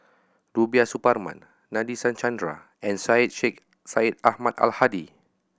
Rubiah Suparman Nadasen Chandra and Syed Sheikh Syed Ahmad Al Hadi